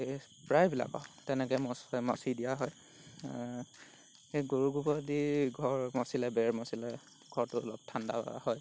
প্ৰায়বিলাক আৰু তেনেকৈ মচে মচি দিয়া হয় সেই গৰু গোবৰ দি ঘৰ মচিলে বেৰ মচিলে ঘৰটো অলপ ঠাণ্ডাও হয়